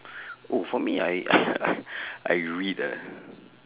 oh for me I I I read a